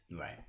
Right